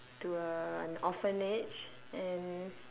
to a an orphanage and